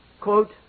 Quote